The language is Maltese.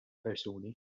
persuni